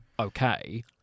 okay